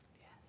Yes